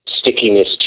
stickiness